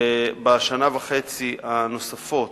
בשנה וחצי הנוספות,